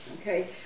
Okay